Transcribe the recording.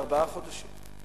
וארבעה חודשים.